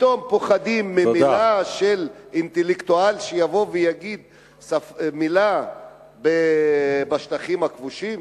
פתאום פוחדים ממלה של אינטלקטואל שיבוא ויגיד מלה בשטחים הכבושים?